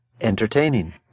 Entertaining